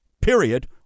period